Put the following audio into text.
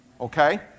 okay